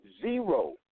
zero